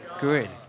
Good